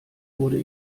wurde